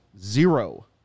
zero